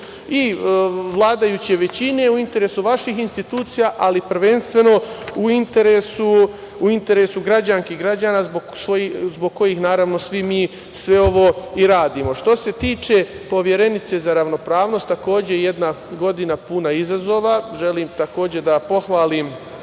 i vladajuće većine, u interesu vaših institucija, ali prvenstveno u interesu građanki i građana zbog kojih, naravno svi mi sve ovo i radimo. Što se tiče Poverenice za ravnopravnost, takođe jedna godina puna izazova. Želim, takođe da pohvalim